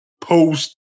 post